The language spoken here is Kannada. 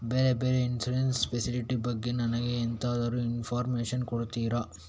ಬೇರೆ ಬೇರೆ ಇನ್ಸೂರೆನ್ಸ್ ಫೆಸಿಲಿಟಿ ಬಗ್ಗೆ ನನಗೆ ಎಂತಾದ್ರೂ ಇನ್ಫೋರ್ಮೇಷನ್ ಕೊಡ್ತೀರಾ?